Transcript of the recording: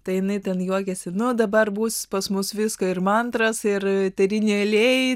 tai jinai ten juokėsi nuo dabar bus pas mus visko ir eteriniai aliejai